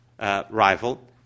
rival